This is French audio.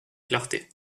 clarté